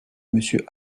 monsieur